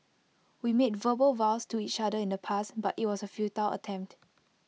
we made verbal vows to each other in the past but IT was A futile attempt